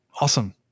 Awesome